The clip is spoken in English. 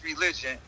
religion